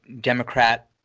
Democrat